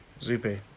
Zupe